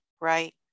right